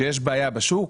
שיש בעיה בשוק,